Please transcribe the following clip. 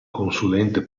consulente